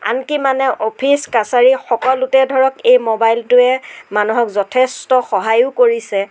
আনকি মানে অফিচ কাছাৰী সকলোতে ধৰক এই মোবাইলটোৱে মানুহক যথেষ্ট সহায়ো কৰিছে